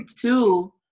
Two